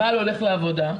הבעל הולך לעבודה,